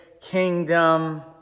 kingdom